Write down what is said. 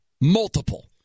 multiple